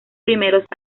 primeros